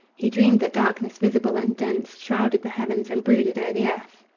he dreamed that darkness, visible and dense, shrouded the heavens and brooded o'er the earth,